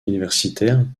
universitaires